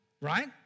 right